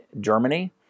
Germany